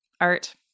art